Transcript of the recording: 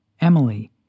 Emily